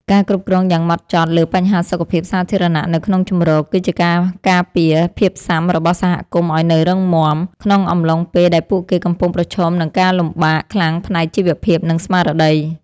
ការគ្រប់គ្រងយ៉ាងម៉ត់ចត់លើបញ្ហាសុខភាពសាធារណៈនៅក្នុងជម្រក គឺជាការការពារភាពស៊ាំរបស់សហគមន៍ឱ្យនៅរឹងមាំ ក្នុងអំឡុងពេលដែលពួកគេកំពុងប្រឈមនឹងការលំបាកខ្លាំងផ្នែកជីវភាព និងស្មារតី។